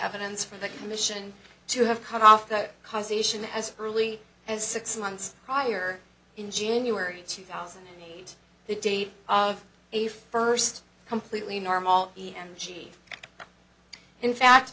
evidence for the commission to have come off the causation as early as six months prior in january two thousand and eight the date of a first completely normal e g in fact